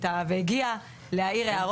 והגיע להעיר הערות.